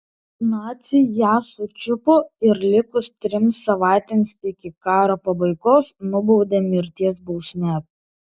naciai ją sučiupo ir likus trims savaitėms iki karo pabaigos nubaudė mirties bausme